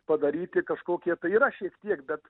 padaryti kažkokie tai yra šiek tiek bet